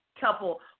couple